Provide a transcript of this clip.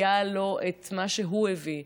היה לו מה שהוא הביא: